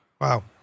Wow